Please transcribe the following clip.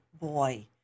boy